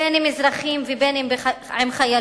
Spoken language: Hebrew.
בין אם אזרחים ובין אם חיילים,